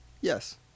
Yes